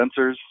Sensors